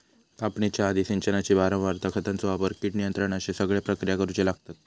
कापणीच्या आधी, सिंचनाची वारंवारता, खतांचो वापर, कीड नियंत्रण अश्ये सगळे प्रक्रिया करुचे लागतत